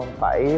phải